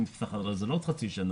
זה לא עוד חצי שנה.